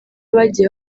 bagiye